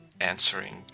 answering